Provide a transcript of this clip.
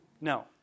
No